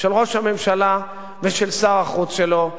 של ראש הממשלה ושל שר החוץ שלו,